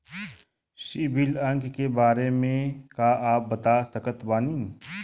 CIBIL अंक के बारे मे का आप बता सकत बानी?